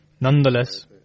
Nonetheless